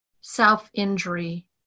self-injury